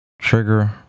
Trigger